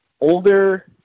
older